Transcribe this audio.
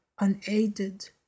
unaided